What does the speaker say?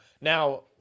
now